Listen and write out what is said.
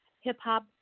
Hip-Hop